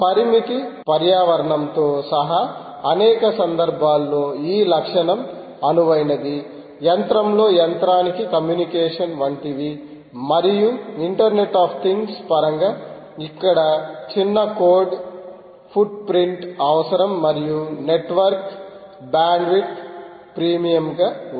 పరిమితి పర్యావరణంతో సహా అనేక సందర్భాల్లో ఈ లక్షణం అనువైనది యంత్రంలో యంత్రానికి కమ్యూనికేషన్ వంటివి మరియు ఇంటర్నెట్ ఆఫ్ థింగ్స్ పరంగా ఇక్కడ చిన్న కోడ్ ఫుట్ ప్రింట్ అవసరం మరియు నెట్వర్క్ బ్యాండ్విడ్త్ ప్రీమియంగా ఉంటుంది